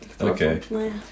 Okay